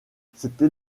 c’était